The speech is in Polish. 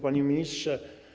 Panie Ministrze!